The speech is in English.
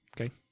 okay